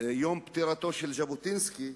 יום פטירתו של ז'בוטינסקי,